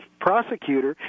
prosecutor